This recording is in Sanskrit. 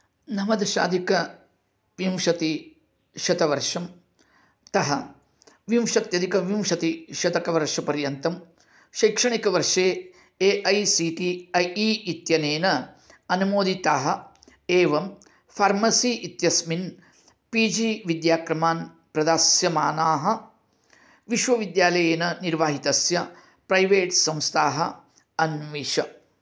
नवदशादिकविंशतिशतवर्षं तः विंशत्यदिकविंशतिशतकवर्षपर्यन्तं शैक्षणिकवर्षे A I C T E इत्यनेन अनुमोदिताः एवं फार्मसी इत्यस्मिन् पी जी विद्याक्रमान् प्रदास्यमानाः विश्वविद्यालयेन निर्वाहितस्य प्रैवेट् संस्थाः अन्विष